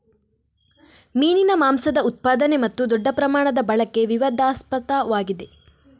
ಮೀನಿನ ಮಾಂಸದ ಉತ್ಪಾದನೆ ಮತ್ತು ದೊಡ್ಡ ಪ್ರಮಾಣದ ಬಳಕೆ ವಿವಾದಾಸ್ಪದವಾಗಿದೆ